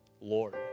Lord